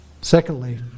Secondly